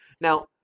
Now